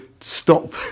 stop